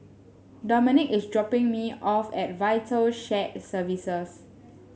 Domonique is dropping me off at Vital Shared Services